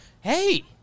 hey